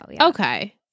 Okay